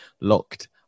Locked